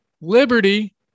Liberty